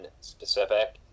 specific